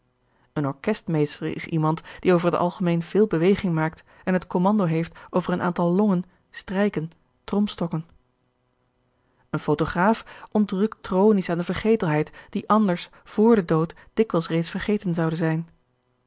een orkestmeester is iemand die over het algemeen veel beweging maakt en het kommando heeft over een aantal longen strijken tromstokken een photograaph ontrukt tronies aan de vergetelheid die anders vr den dood dikwijls reeds vergeten zouden zijn